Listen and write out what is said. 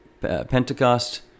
Pentecost